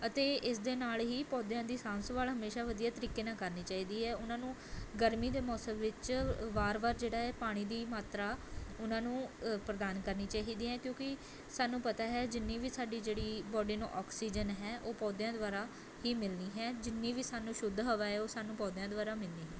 ਅਤੇ ਇਸ ਦੇ ਨਾਲ਼ ਹੀ ਪੌਦਿਆਂ ਦੀ ਸਾਂਭ ਸੰਭਾਲ ਹਮੇਸ਼ਾ ਵਧੀਆ ਤਰੀਕੇ ਨਾਲ ਕਰਨੀ ਚਾਹੀਦੀ ਹੈ ਉਹਨਾਂ ਨੂੰ ਗਰਮੀ ਦੇ ਮੌਸਮ ਵਿੱਚ ਵਾਰ ਵਾਰ ਜਿਹੜਾ ਹੈ ਪਾਣੀ ਦੀ ਮਾਤਰਾ ਉਹਨਾਂ ਨੂੰ ਪ੍ਰਦਾਨ ਕਰਨੀ ਚਾਹੀਦੀ ਹੈ ਕਿਉਂਕਿ ਸਾਨੂੰ ਪਤਾ ਹੈ ਜਿੰਨੀ ਵੀ ਸਾਡੀ ਜਿਹੜੀ ਬੋਡੀ ਨੂੰ ਆਕਸੀਜਨ ਹੈ ਉਹ ਪੌਦਿਆਂ ਦੁਆਰਾ ਹੀ ਮਿਲਣੀ ਹੈ ਜਿੰਨੀ ਵੀ ਸਾਨੂੰ ਸ਼ੁੱਧ ਹਵਾ ਹੈ ਉਹ ਸਾਨੂੰ ਪੌਦਿਆਂ ਦੁਆਰਾ ਮਿਲਣੀ ਹੈ